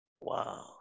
Wow